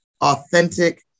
authentic